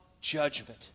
judgment